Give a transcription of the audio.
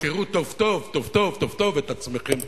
תחקרו טוב-טוב, טוב-טוב, טוב-טוב את עצמכם.